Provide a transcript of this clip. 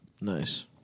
Nice